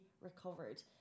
recovered